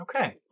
Okay